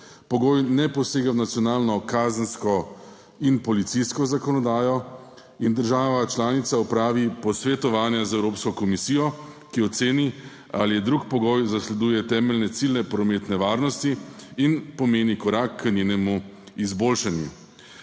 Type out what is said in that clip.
pogoj ne posega v nacionalno kazensko in policijsko zakonodajo in država članica opravi posvetovanja z Evropsko komisijo, ki oceni, ali drug pogoj zasleduje temeljne cilje prometne varnosti in pomeni korak k njenemu izboljšanju.